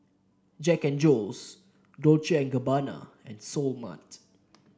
Jack And Jones Dolce and Gabbana and Seoul Mart